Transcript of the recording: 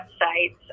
websites